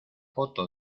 foto